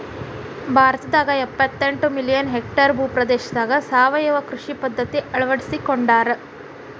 ಭಾರತದಾಗ ಎಪ್ಪತೆಂಟ million hectare ಭೂ ಪ್ರದೇಶದಾಗ ಸಾವಯವ ಕೃಷಿ ಪದ್ಧತಿ ಅಳ್ವಡಿಸಿಕೊಂಡಾರ